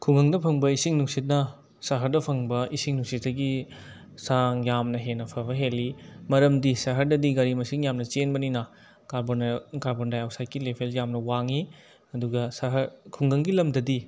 ꯈꯨꯡꯒꯪꯗ ꯐꯪꯕ ꯏꯁꯤꯡ ꯅꯨꯡꯁꯤꯠꯅ ꯁꯍꯔꯗ ꯐꯪꯕ ꯏꯁꯤꯡ ꯅꯨꯡꯁꯤꯠꯇꯒꯤ ꯆꯥꯡ ꯌꯥꯝꯅ ꯍꯦꯟꯅ ꯐꯕ ꯍꯦꯜꯂꯤ ꯃꯔꯝꯗꯤ ꯁꯍꯔꯗꯗꯤ ꯒꯥꯔꯤ ꯃꯁꯤꯡ ꯌꯥꯝꯅ ꯆꯦꯟꯕꯅꯤꯅ ꯀꯥꯔꯕꯣꯟꯗꯥꯏꯑꯣꯛꯁꯥꯏꯠꯀꯤ ꯂꯦꯚꯦꯜꯁꯦ ꯌꯥꯝꯅ ꯋꯥꯡꯉꯤ ꯑꯗꯨꯒ ꯁꯍꯔ ꯈꯨꯡꯒꯪꯒꯤ ꯂꯝꯗꯗꯤ